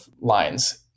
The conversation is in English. lines